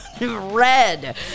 red